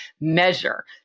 measure